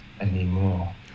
anymore